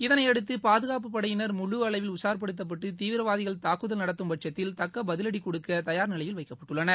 இதனையடுத்து பாதுகாப்பு படையினர் முழு அளவில் உஷார் படுத்தப்பட்டு தீவிரவாதிகள் தாக்குதல் நடத்தும்பட்சத்தில் தக்க பதிலடி கொடுக்க தயார் நிலையில் வைக்கப்பட்டுள்ளனர்